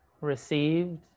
received